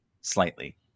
slightly